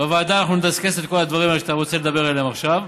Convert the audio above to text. בוועדה אנחנו נדסקס את כל הדברים האלה שאתה רוצה לדבר עליהם עכשיו.